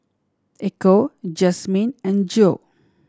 Echo Jazmine and Joe